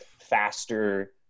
faster